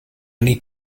need